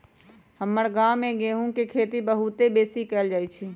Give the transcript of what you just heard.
हमर गांव में गेहूम के खेती बहुते बेशी कएल जाइ छइ